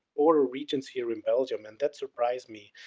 all regions here in belgium and that surprised me,